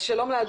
שלום לאדוני.